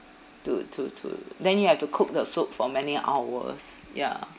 to to to then you have to cook the soup for many hours ya